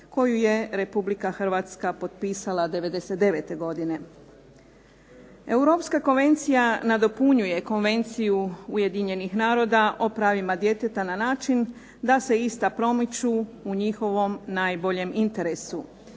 koju je Republika Hrvatska potpisala 99. godine. Europska konvencija nadopunjuje Konvenciju Ujedinjenih naroda o pravima djeteta na način da se ista promiču u njihovoj najboljem interesu